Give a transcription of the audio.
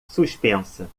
suspensa